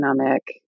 economic